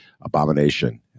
abomination